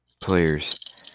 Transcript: Players